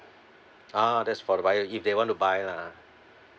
uh that's for the buyer if they want to buy lah